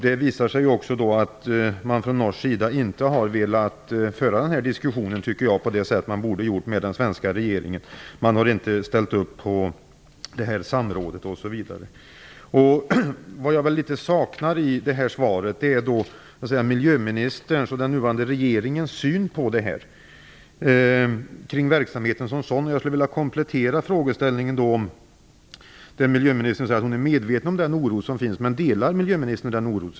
Det visar sig att man från norsk sida inte har velat föra denna diskussion på det sätt man borde ha gjort med den svenska regeringen. Man har inte ställt upp på samråd osv. Jag saknar miljöministerns och den nuvarande regeringens syn på verksamheten som sådan i svaret. Miljöministern säger att hon är medveten om den oro som finns. Delar miljöministern denna oro?